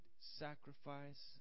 sacrifice